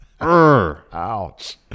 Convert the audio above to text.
Ouch